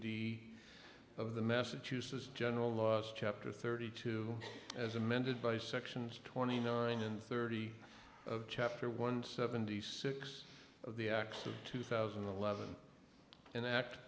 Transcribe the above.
d of the massachusetts general laws chapter thirty two as amended by sections twenty nine and thirty of chapter one seventy six of the acts of two thousand and eleven an act